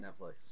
Netflix